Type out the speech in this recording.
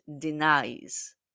denies